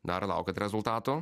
dar laukiat rezultatų